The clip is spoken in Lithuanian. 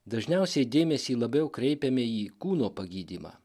dažniausiai dėmesį labiau kreipiame į kūno pagydymą